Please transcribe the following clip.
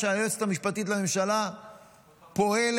שהיועצת המשפטית לממשלה פועלת